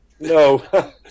No